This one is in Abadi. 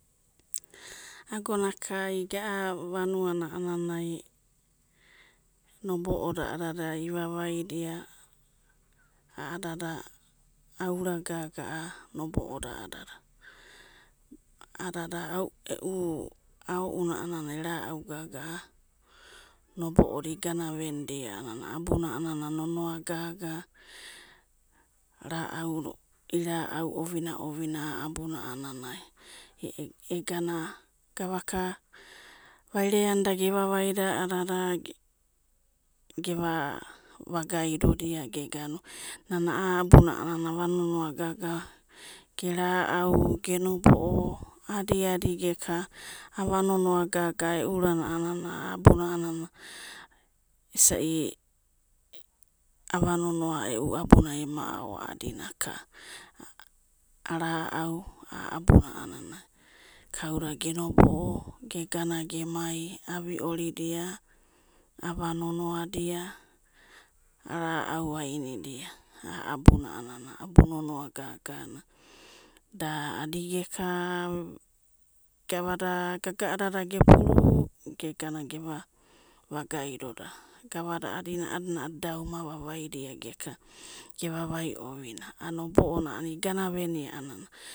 Aganaka iga a'a vanuanai a'ananai nobo'oda iva vaidia a'adada, aura gaga a'a nobo'oda a'adada, e'u aouna e'na'augaga nobo'oda igana venidia, abuna a'anana nonoa gaga, ra'au, i'na'au ovina, ovina, abuna'anai egana gavaka vaireanida geva vaidia a'anana geva vagaidiodia geganu, nana a'a abuna a'anana ava nonoa gaga, ge ra'au, ge nobo'o adiadi geka ava nonoa gaga e'u urana a'a abuna a'anana, isai ava nonoa e'u abunai ema ao adina aka, ara'au a'a abuna aka, kauda geo noboo, ge gana, ge mai, aviorida, ava nonoadia ara'au ainida a'a abuna, abu nonoagaga, da adi geka gavada gaga'adada gepuru, gega, geva vagaidoda gavada a'adina a'adada da uma vavaidia geka gevavai ovinai a'a nobo'ona igana venia a'anana.